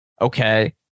okay